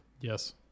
Yes